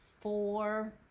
four